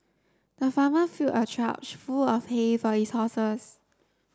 the farmer filled a trough full of hay for his horses